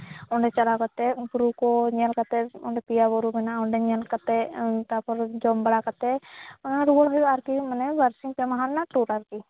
ᱚᱸᱰᱮ ᱪᱟᱞᱟᱣ ᱠᱟᱛᱮᱫ ᱵᱩᱨᱩ ᱠᱚ ᱧᱮᱞ ᱠᱟᱛᱮᱫ ᱚᱸᱰᱮ ᱯᱮᱭᱟ ᱵᱩᱨᱩ ᱢᱮᱱᱟᱜᱼᱟ ᱚᱸᱰᱮ ᱧᱮᱞ ᱠᱟᱛᱮᱫ ᱛᱟᱯᱚᱨᱮ ᱡᱚᱢ ᱵᱟᱲᱟ ᱠᱟᱛᱮᱫ ᱚᱲᱟᱜ ᱨᱩᱣᱟᱹᱲ ᱦᱩᱭᱩᱜᱼᱟ ᱟᱨᱠᱤ ᱢᱟᱱᱮ ᱵᱟᱨ ᱥᱤᱧ ᱯᱮ ᱢᱟᱦᱟ ᱨᱮᱱᱟᱜ ᱴᱩᱨ ᱠᱟᱱᱟ ᱟᱨᱠᱤ